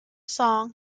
song